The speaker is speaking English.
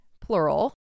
plural